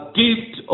gift